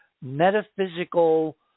metaphysical